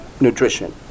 nutrition